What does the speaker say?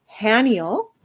Haniel